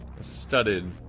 studded